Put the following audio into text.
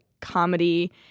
comedy